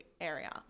area